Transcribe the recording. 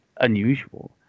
unusual